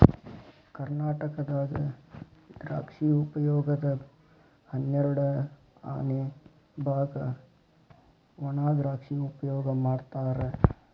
ಕರ್ನಾಟಕದಾಗ ದ್ರಾಕ್ಷಿ ಉಪಯೋಗದ ಹನ್ನೆರಡಅನೆ ಬಾಗ ವಣಾದ್ರಾಕ್ಷಿ ಉಪಯೋಗ ಮಾಡತಾರ